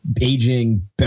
aging